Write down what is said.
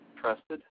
Trusted